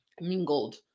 mingled